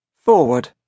Forward